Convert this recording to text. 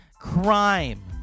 crime